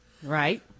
Right